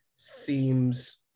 seems